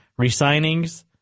resignings